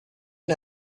and